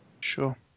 Sure